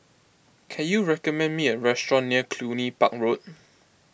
can you recommend me a restaurant near Cluny Park Road